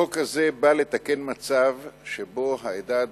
החוק הזה בא לתקן מצב שבו העדה הדרוזית,